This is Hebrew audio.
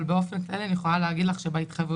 אבל באופן כללי אני יכולה להגיד לך שבהתחייבויות